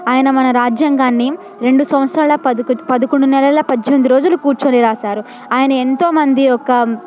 ఆయన మన రాజ్యాంగాన్ని రెండు సంవత్సరాల పదకొం పదకొండు నెలల పద్దెనిమిది రోజులు కూర్చొని రాసారు ఆయన ఎంతో మంది ఒక